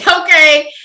Okay